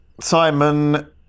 Simon